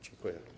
Dziękuję.